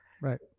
right